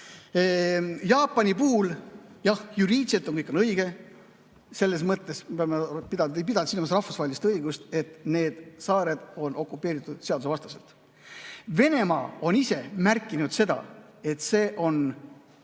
Jaapani puhul, jah, juriidiliselt on kõik õige, selles mõttes ma ei pidanud silmas rahvusvahelist õigust, et need saared on okupeeritud seadusevastaselt. Venemaa on ise märkinud seda, et see on